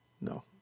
no